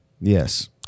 yes